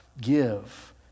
give